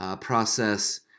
process